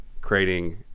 creating